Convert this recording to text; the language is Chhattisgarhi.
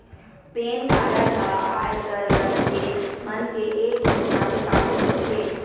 पेन कारड ह आयकर मनखे मन के एक चिन्हारी पाती होथे